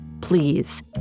please